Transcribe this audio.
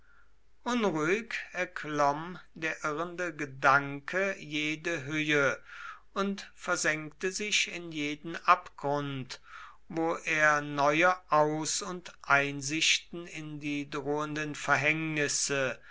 unruhig erklomm der irrende gedanke jede höhe und versenkte sich in jeden abgrund wo er neue aus und einsichten in die drohenden verhängnisse